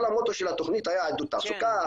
כל המוטו של התוכנית היה עידוד תעסוקה